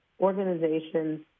organizations